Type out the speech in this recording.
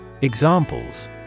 Examples